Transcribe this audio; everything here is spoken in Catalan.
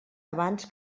abans